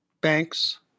Banks